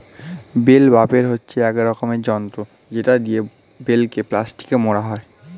bell wrapper হচ্ছে এক রকমের যন্ত্র যেটা দিয়ে বেলকে প্লাস্টিকে মোড়া হয়